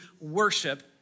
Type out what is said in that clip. worship